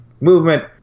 movement